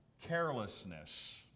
carelessness